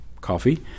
coffee